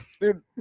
Dude